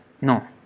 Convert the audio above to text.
no